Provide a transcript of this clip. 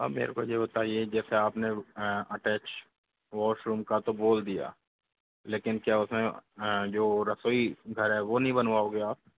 अब मेरे को ये बताइए जैसे आपने अटैच वॉशरूम का तो बोल दिया लेकिन क्या उसमें जो रसोई घर है वो नहीं बनवाओगे आप